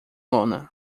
lona